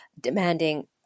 demanding